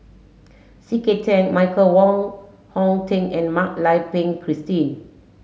C K Tang Michael Wong Hong Teng and Mak Lai Peng Christine